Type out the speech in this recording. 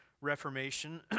Reformation